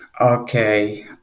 okay